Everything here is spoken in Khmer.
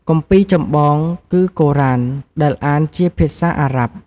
គម្ពីរចម្បងគឺ កូរ៉ាន ដែលអានជាភាសាអារ៉ាប់។